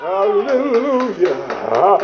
Hallelujah